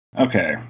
Okay